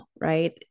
right